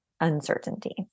uncertainty